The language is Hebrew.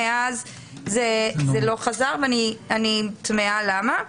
מאז זה לא חזר ואני תמהה למה.